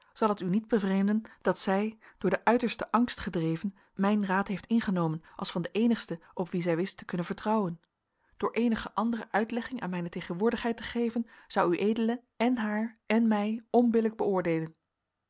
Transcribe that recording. zal het u niet bevreemden dat zij door den uitersten angst gedreven mijn raad heeft ingenomen als van den eenigste op wien zij wist te kunnen vertrouwen door eenige andere uitlegging aan mijne tegenwoordigheid te geven zou ued en haar en mij onbillijk beoordeelen